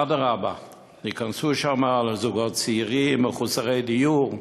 אדרבה, ייכנסו לשם זוגות צעירים, מחוסרי דיור.